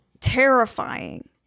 terrifying